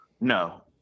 No